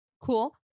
Cool